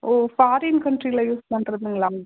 ஓ foreign கன்ட்ரியில் use பண்ணறதுங்களா